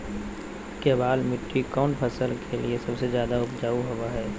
केबाल मिट्टी कौन फसल के लिए सबसे ज्यादा उपजाऊ होबो हय?